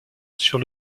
sur